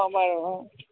অঁ বাৰু অঁ